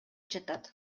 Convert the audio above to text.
жатат